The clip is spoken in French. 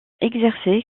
exercé